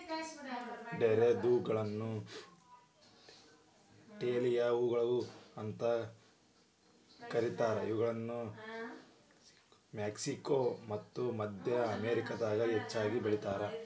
ಡೇರೆದ್ಹೂಗಳನ್ನ dahlia ಹೂಗಳು ಅಂತ ಕರೇತಾರ, ಇವುಗಳನ್ನ ಮೆಕ್ಸಿಕೋ ಮತ್ತ ಮದ್ಯ ಅಮೇರಿಕಾದಾಗ ಹೆಚ್ಚಾಗಿ ಬೆಳೇತಾರ